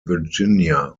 virginia